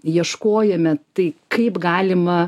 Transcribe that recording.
ieškojome tai kaip galima